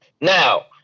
Now